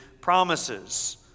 promises